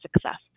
success